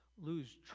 lose